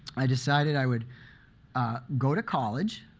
i decided i would go to college,